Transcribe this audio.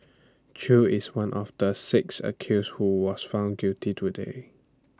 chew is one of the six accused who was found guilty today